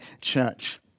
Church